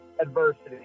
Adversity